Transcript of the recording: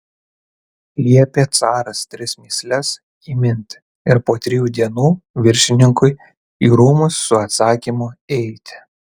liepė caras tris mįsles įminti ir po trijų dienų viršininkui į rūmus su atsakymu eiti